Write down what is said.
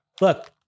look